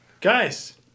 Guys